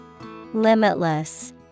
Limitless